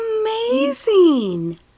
amazing